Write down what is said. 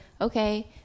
okay